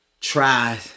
try